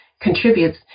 contributes